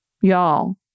Y'all